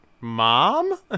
Mom